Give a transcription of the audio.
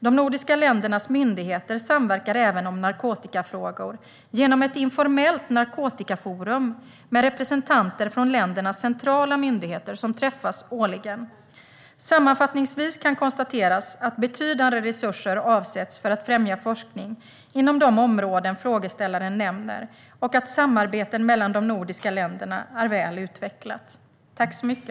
De nordiska ländernas myndigheter samverkar även om narkotikafrågor genom ett informellt narkotikaforum med representanter från ländernas centrala myndigheter, som träffas årligen. Sammanfattningsvis kan konstateras att betydande resurser avsätts för att främja forskning inom de områden frågeställaren nämner och att samarbeten mellan de nordiska länderna är väl utvecklade.